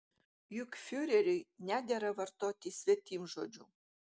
juk fiureriui nedera vartoti svetimžodžių